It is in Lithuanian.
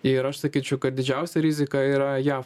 ir aš sakyčiau kad didžiausia rizika yra jav